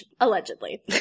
Allegedly